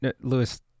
Lewis